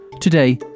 Today